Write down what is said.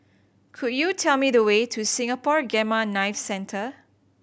could you tell me the way to Singapore Gamma Knife Centre